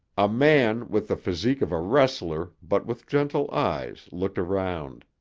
a man with the physique of a wrestler but with gentle eyes looked around.